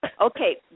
Okay